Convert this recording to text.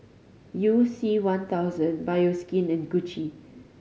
You C One thousand Bioskin and Gucci